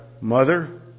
mother